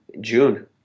June